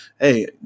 hey